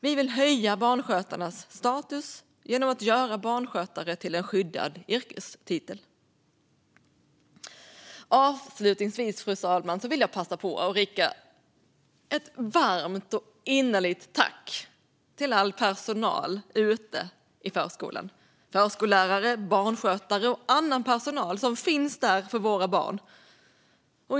Vi vill höja barnskötarnas status genom att göra barnskötare till en skyddad yrkestitel. Avslutningsvis, fru talman, vill jag passa på att rikta ett varmt och innerligt tack till all personal ute i förskolan - förskollärare, barnskötare och annan personal som finns där för våra barn.